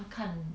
要看